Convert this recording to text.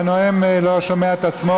הנואם לא שומע את עצמו.